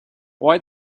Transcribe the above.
why